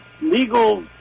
legal